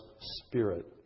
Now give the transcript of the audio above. spirit